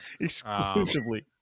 exclusively